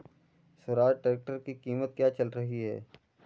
Swaraj tractor की कीमत क्या चल रही है?